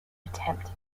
attempt